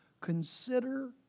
consider